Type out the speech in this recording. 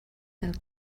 del